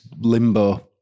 limbo